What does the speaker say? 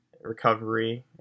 recovery